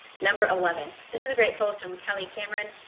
number eleven, this is a great post from kellie cameron.